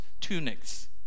tunics